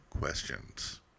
questions